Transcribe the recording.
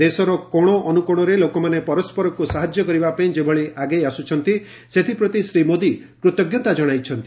ଦେଶର କୋଶ ଅନୁକୋଶରେ ଲୋକମାନେ ପରସ୍କରକୁ ସାହାଯ୍ୟ କରିବାପାଇଁ ଯେଭଳି ଆଗେଇ ଆସୁଛନ୍ତି ସେଥିପ୍ରତି ଶ୍ରୀ ମୋଦି କୃତଜ୍ଞତା ଜଣାଇଛନ୍ତି